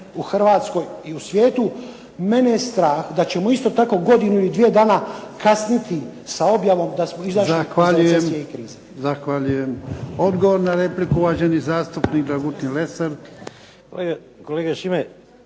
u Hrvatskoj i svijetu, mene je strah da ćemo isto tako godinu i dvije dana kasniti sa objavom da smo izašli iz recesije i krize. **Jarnjak, Ivan (HDZ)** Zahvaljujem. Odgovor na repliku uvaženi zastupnik Dragutin Lesar. **Lesar,